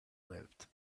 lived